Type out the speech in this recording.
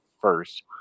first